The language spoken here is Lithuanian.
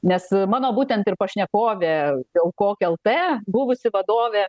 nes mano būtent ir pašnekovė aukok lt buvusi vadovė